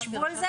שבו על זה,